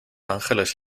angeles